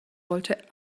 wollte